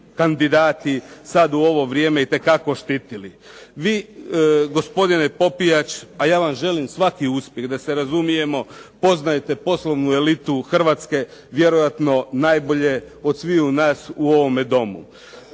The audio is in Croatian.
kandidati sad u ovo vrijeme itekako štitili. Vi, gospodine Popijač, a ja vam želim svaki uspjeh da se razumijemo, poznajete poslovnu elitu Hrvatske, vjerojatno najbolje od sviju nas u ovome Domu.